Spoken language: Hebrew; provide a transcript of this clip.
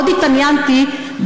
מאוד התעניינתי,